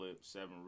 seven